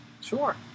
Sure